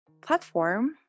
platform